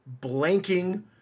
blanking